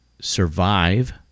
survive